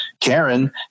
Karen